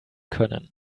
können